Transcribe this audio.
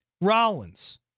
Rollins